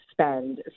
spend